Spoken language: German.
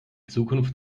zukunft